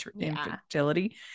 infertility